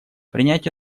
принять